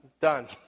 done